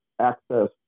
access